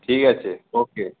ঠিক আছে ওকে